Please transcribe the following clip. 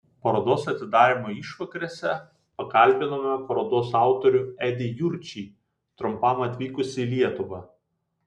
parodos atidarymo išvakarėse pakalbinome parodos autorių edį jurčį trumpam atvykusį į lietuvą